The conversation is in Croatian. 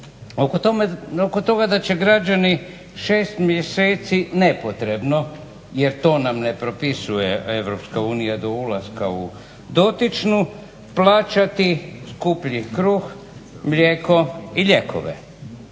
oko toga da će građani 6 mjeseci nepotrebno jer to nam ne propisuje EU do ulaska u dotičnu plaćati skuplji kruh, mlijeko i lijekove.